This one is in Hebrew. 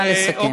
נא לסכם.